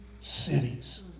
cities